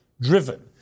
driven